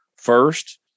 First